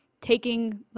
taking